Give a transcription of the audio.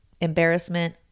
embarrassment